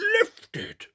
lifted